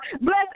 Bless